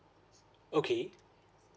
okay